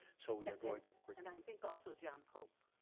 so we are going. and i think also john pope,